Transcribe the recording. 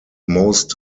most